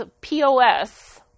POS